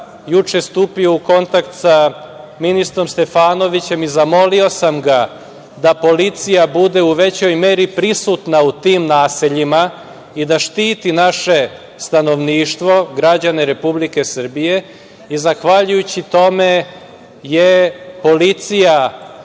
juče stupio u kontakt sa ministrom Stefanovićem i zamolio sam ga da policija bude u većoj meri prisutna u tim naseljima i da štiti naše stanovništvo, građane Republike Srbije. Zahvaljujući tome je policija